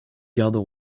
gardes